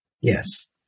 yes